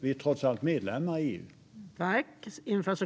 Vi är trots allt medlemmar i EU.